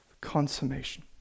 consummation